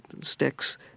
sticks